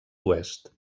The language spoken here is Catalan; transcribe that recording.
oest